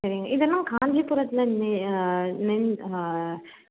சரிங்க இதெல்லாம் காஞ்சிபுரத்துல இருந்து நெஞ்